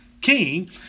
king